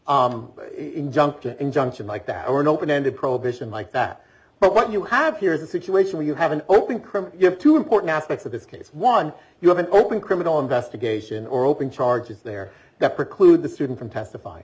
injunction injunction like that or an open ended prohibition like that but what you have here is a situation where you have an open criminal you have two important aspects of this case one you have an open criminal investigation or open charges there that preclude the student from testify